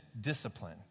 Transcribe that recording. discipline